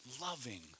loving